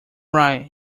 right